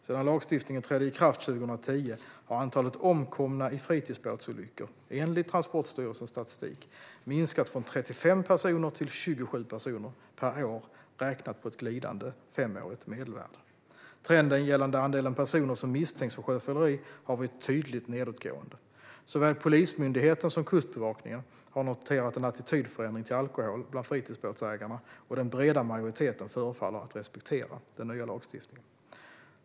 Sedan lagstiftningen trädde i kraft 2010 har antalet omkomna i fritidsbåtsolyckor, enligt Transportstyrelsens statistik, minskat från 35 personer till 27 personer per år räknat på ett glidande femårigt medelvärde. Trenden gällande andelen personer som misstänks för sjöfylleri har varit tydligt nedåtgående. Såväl Polismyndigheten som Kustbevakningen har noterat en attitydförändring till alkohol bland fritidsbåtsägarna, och den breda majoriteten förefaller att respektera den nya lagstiftningen.